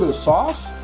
ah sauce